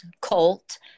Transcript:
colt